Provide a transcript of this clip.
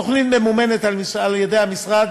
התוכנית ממומנת על-ידי המשרד